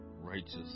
righteous